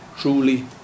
truly